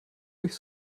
durch